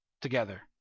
together